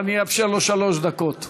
אני אשמור על זכותך.